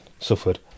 suffered